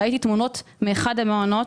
ראיתי תמונות מאחד מן המעונות,